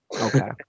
Okay